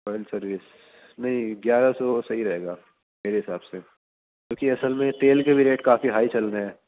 oil service نہیں گیارہ سو صحیح رہے گا میرے حساب سے کیوںکہ اصل میں تیل کے بھی ریٹ کافی ہائی چل رہے ہیں